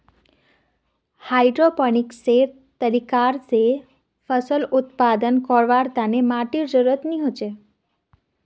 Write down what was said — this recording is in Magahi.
हाइड्रोपोनिक्सेर तरीका स फसल उत्पादन करवार तने माटीर जरुरत नी हछेक